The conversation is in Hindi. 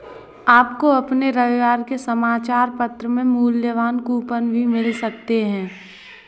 आपको अपने रविवार के समाचार पत्र में मूल्यवान कूपन भी मिल सकते हैं